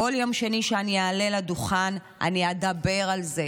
כל יום שני שאני אעלה לדוכן, אני אדבר על זה.